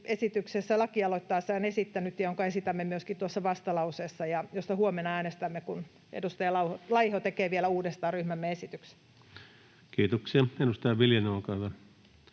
kokoomus on lakialoitteessaan esittänyt ja jota esitämme myöskin vastalauseessa ja josta huomenna äänestämme, kun edustaja Laiho tekee vielä uudestaan ryhmämme esitykset. Kiitoksia. — Edustaja Viljanen, olkaa hyvä.